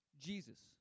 Jesus